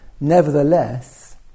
nevertheless